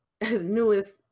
newest